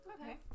Okay